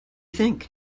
think